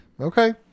Okay